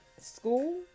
school